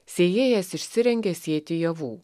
sėjėjas išsirengė sėti javų